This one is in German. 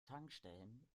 tankstellen